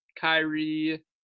Kyrie